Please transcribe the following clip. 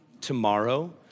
tomorrow